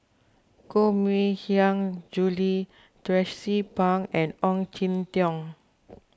Koh Mui Hiang Julie Tracie Pang and Ong Jin Teong